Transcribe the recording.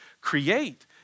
create